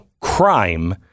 crime